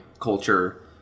culture